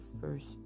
first